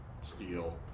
steel